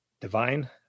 divine